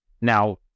now